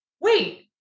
wait